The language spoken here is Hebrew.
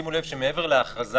שימו לב שמעבר להכרזה,